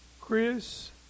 Chris